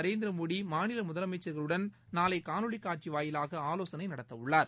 நரேந்திர மோடி மாநில முதலமைச்சர்களுடன் நாளை காணொலிக் காட்சி வாயிலாக ஆலோசனை நடத்தவுள்ளார்